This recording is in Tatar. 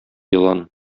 елан